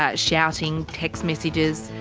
ah shouting, text messages.